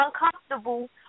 uncomfortable